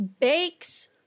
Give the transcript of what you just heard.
bakes